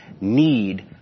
need